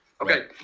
Okay